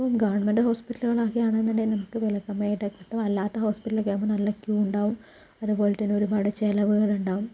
ഇപ്പോൾ ഗവൺമെൻ്റ് ഹോസ്പിറ്റലുകൾ ആകയാണെന്നുണ്ടെങ്കിൽ നമുക്ക് വില കമ്മിയായിട്ടൊക്കെ കിട്ടും അല്ലാത്ത ഹോസ്പിറ്റലുകളിലൊക്കെയാകുമ്പോൾ നല്ല ക്യൂ ഉണ്ടാവും അതുപോലെ തന്നെ ഒരുപാട് ചിലവുകള് ഉണ്ടാവും